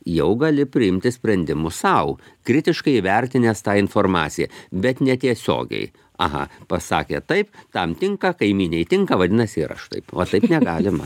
jau gali priimti sprendimus sau kritiškai įvertinęs tą informaciją bet netiesiogiai aha pasakė taip tam tinka kaimynei tinka vadinasi ir aš taip va taip negalima